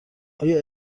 آیا